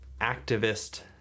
activist